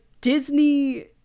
disney